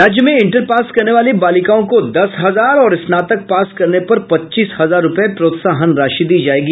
राज्य में inter pass करने वाली बालिकाओं को दस हजार और स्नातक पास करने पर पच्चीस हजार रूपये प्रोत्साहन राशि दी जायेगी